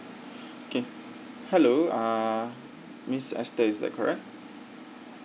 K hello uh miss E S T H E R is that correct